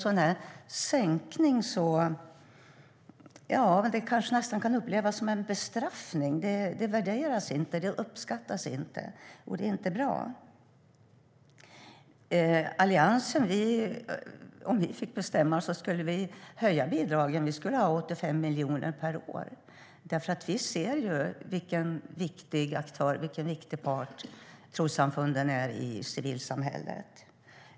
En sänkning av bidragen kan uppfattas som en bestraffning. Deras arbete värderas inte och uppskattas inte - och det är inte bra. Om vi i Alliansen fick bestämma skulle vi höja bidragen till 85 miljoner per år. Vi ser vilken viktig aktör och part trossamfunden är i civilsamhället.